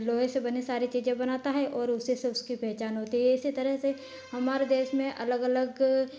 लोहे से बने सारी चीजें बनाता है और उसी से उसकी पहचान होती है इसी तरह से हमारे देश में अलग अलग